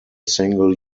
single